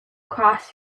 cross